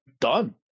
done